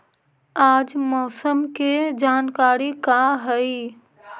आज मौसम के जानकारी का हई?